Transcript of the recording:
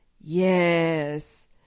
Yes